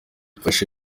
mfashe